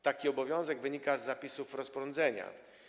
Taki obowiązek wynika z zapisów rozporządzenia.